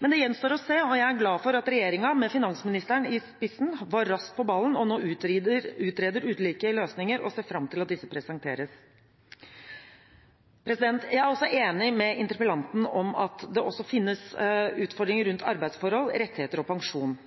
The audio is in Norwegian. Men det gjenstår å se. Jeg er glad for at regjeringen, med finansministeren i spissen, var raskt på ballen og nå utreder ulike løsninger, og ser fram til at disse presenteres. Jeg er enig med interpellanten i at det også finnes utfordringer rundt arbeidsforhold, rettigheter og pensjon.